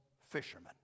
fishermen